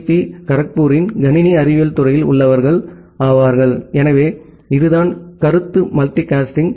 D கரக்பூரின் கணினி அறிவியல் துறையில் உள்ளவர்கள் எனவே இதுதான் கருத்து மல்டிகாஸ்ட்